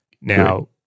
Now